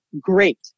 great